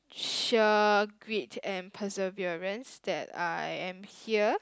sheer grit and perseverance that I am here